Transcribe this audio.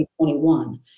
2021